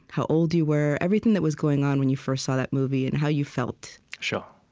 how old you were everything that was going on when you first saw that movie and how you felt sure